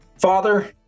father